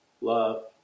love